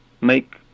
make